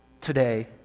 today